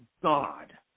God